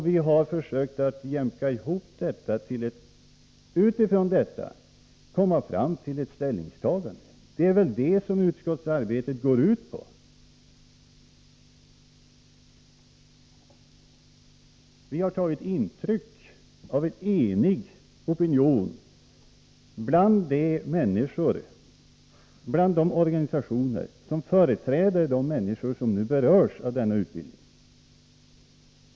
Vi har försökt jämka ihop olika synpunkter och utifrån detta komma fram till ett ställningstagande. Det är väl det som utskottsarbetet går ut på! Vi har tagit intryck av en enig opinion bland de organisationer som företräder de människor som nu berörs av denna utbildning.